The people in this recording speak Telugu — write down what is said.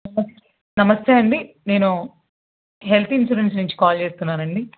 నమస్తే అండి నేను హెల్త్ ఇన్సూరెన్స్ నుంచి కాల్ చేస్తున్నానండి